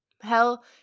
Hell